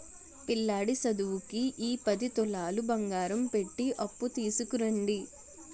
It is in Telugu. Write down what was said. పిల్లాడి సదువుకి ఈ పది తులాలు బంగారం పెట్టి అప్పు తీసుకురండి